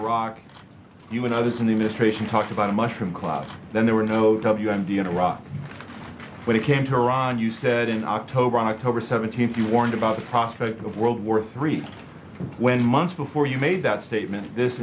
iraq you and others in the ministration talked about a mushroom cloud then there were no w m d in iraq when it came to iran you said in october on october seventeenth you warned about the prospect of world war three when months before you made that statement this